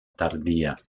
tardía